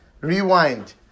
Rewind